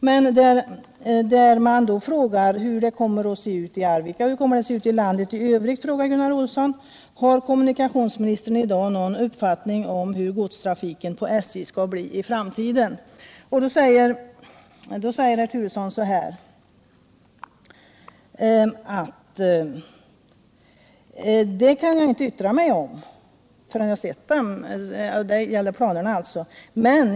Gunnar Olsson frågade då hur det kommer att se ut i Arvika och i landet i övrigt, och om kommunikationsministern har någon uppfattning om hur godstrafiken på SJ i framtiden kommer att se ut. Bo Turesson säger så här: ”Det kan jag inte yttra mig om förrän jag sett dem.” Det gäller planerna alltså.